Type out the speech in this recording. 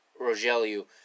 Rogelio